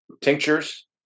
tinctures